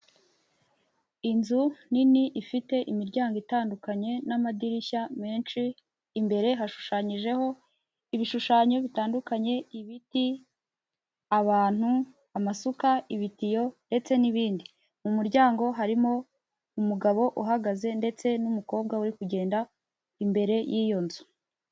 Inzu nini ifite imiryango itandukanye n'amadirishya menshi, imbere hashushanyijeho ibishushanyo bitandukanye, ibiti, abantu, amasuka, ibitiyo ndetse n'ibindi. Mu muryango harimo umugabo uhagaze ndetse n'umukobwa uri kugenda imbere y'iyo nzu.